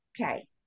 Okay